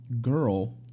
girl